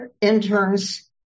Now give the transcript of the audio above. interns